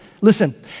listen